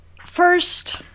first